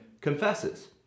confesses